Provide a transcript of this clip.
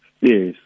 Yes